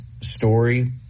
story